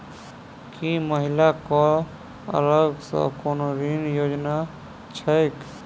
की महिला कऽ अलग सँ कोनो ऋण योजना छैक?